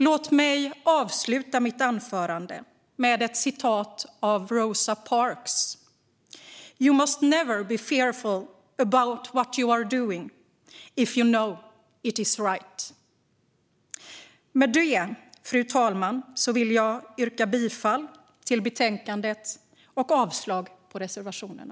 Låt mig avsluta mitt anförande med ett citat från Rosa Parks: You must never be fearful about what you are doing when you know it is right. Med det, fru talman, vill jag yrka bifall till förslaget och avslag på reservationerna.